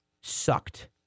Sucked